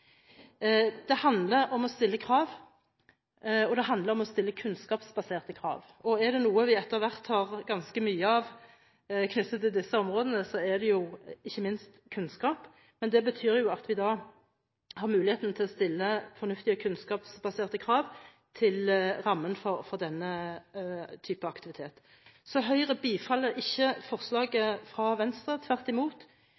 Det handler om å stille krav, og det handler om å stille kunnskapsbaserte krav, og er det noe vi etter hvert har fått ganske mye av knyttet til disse områdene, er det ikke minst kunnskap. Det betyr at vi har muligheten til å stille fornuftige, kunnskapsbaserte krav til rammen for denne type aktivitet. Høyre bifaller ikke